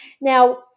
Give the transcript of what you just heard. Now